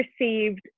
received